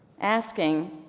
asking